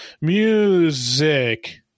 music